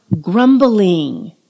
grumbling